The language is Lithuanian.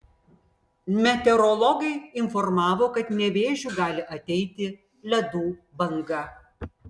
meteorologai informavo kad nevėžiu gali ateiti ledų banga